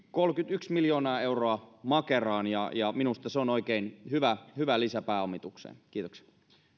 kolmekymmentäyksi miljoonaa euroa makeraan ja ja minusta se on oikein hyvä hyvä lisä pääomitukseen kiitoksia